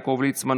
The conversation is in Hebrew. יעקב ליצמן,